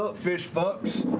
but fish-fucks!